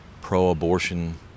pro-abortion